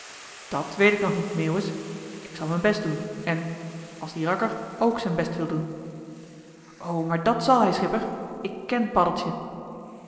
dàt weet ik nog niet meeuwis ik zal m'n best doen en als die rakker k zijn best wil doen o maar dat zal hij schipper ik ken paddeltje